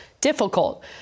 difficult